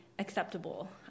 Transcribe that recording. acceptable